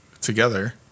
together